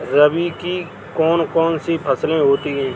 रबी की कौन कौन सी फसलें होती हैं?